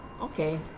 Okay